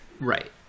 right